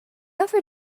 ever